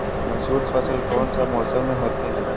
मसूर फसल कौन सा मौसम में होते हैं?